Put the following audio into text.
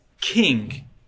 King